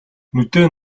нүдээ